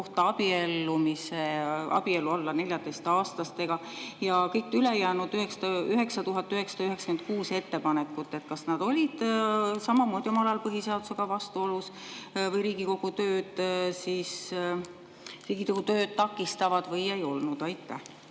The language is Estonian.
kohta alla 14‑aastasega ja ülejäänud 9996 ettepanekut olid samamoodi omal ajal põhiseadusega vastuolus ja Riigikogu tööd takistavad või ei olnud? Aitäh!